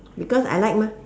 because I like mah